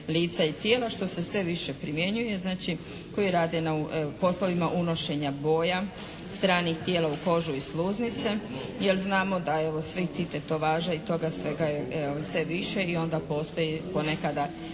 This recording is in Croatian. lica i tijela što se sve više primjenjuje, znači koji rade na poslovima unošenja boja, stranih tijela u kožu i sluznice, jer znamo da evo svih tih tetovaža i toga je svega je sve više i onda postoji ponekada